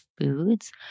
foods